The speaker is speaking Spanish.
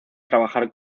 trabajar